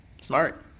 smart